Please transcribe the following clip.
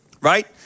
right